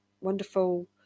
wonderful